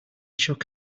shook